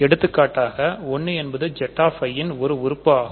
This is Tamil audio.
எடுத்துக்காட்டாக 1 என்பது Z i ன் ஒரு உறுப்பு ஆகும்